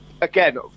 Again